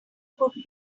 could